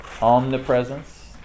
omnipresence